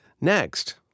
Next